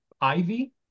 Ivy